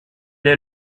est